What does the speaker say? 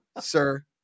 sir